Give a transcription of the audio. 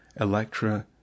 Electra